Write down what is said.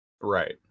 Right